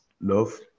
love